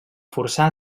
forçar